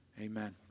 Amen